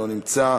לא נמצא,